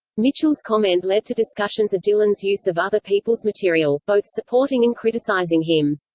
mitchell's comment led to discussions of dylan's use of other people's material, both supporting and criticizing him.